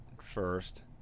first